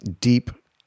deep